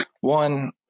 one